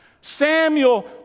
Samuel